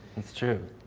it's true.